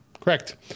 Correct